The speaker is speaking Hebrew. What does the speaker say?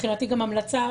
מבחינתי גם המלצה,